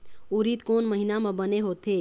उरीद कोन महीना म बने होथे?